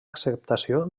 acceptació